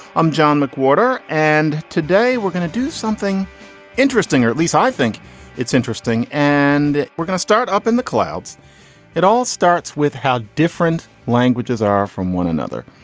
i'm john mcwhorter. and today, we're gonna do something interesting, or at least i think it's interesting and we're gonna start up in the clouds it all starts with how different languages are from one another.